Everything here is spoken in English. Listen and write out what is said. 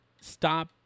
stop